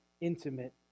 intimate